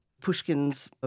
Pushkin's